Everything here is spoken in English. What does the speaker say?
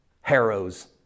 Harrow's